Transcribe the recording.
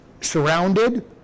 surrounded